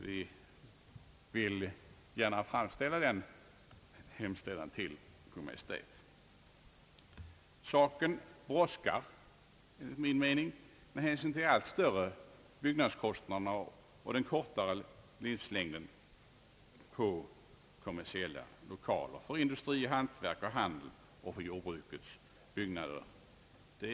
Vi vill gärna göra denna hemställan till Kungl. Maj:t. Frågan brådskar enligt min mening med hänsyn till de allt större byggnadskostnaderna och den kortare livslängden på kommersiella lokaler för industri, hantverk och handel samt för jordbrukets byggnader.